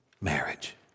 marriage